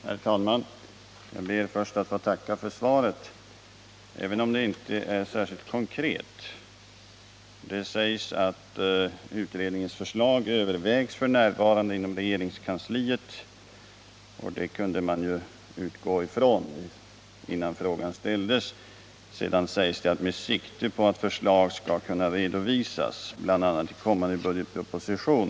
Herr talman! Jag ber att få tacka för svaret även om det inte är särskilt konkret. I svaret sägs att utredningens förslag f. n. övervägs inom regeringskansliet — en sak som man kunde utgå ifrån redan innan frågan ställdes. Det sägs vidare att utredningens förslag övervägs ”med sikte på att förslag skall kunna redovisas bl.a. i kommande budgetproposition”.